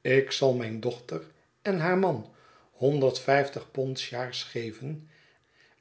ik zal mijn dochter en haar man honderd vyftig pond sjaars geven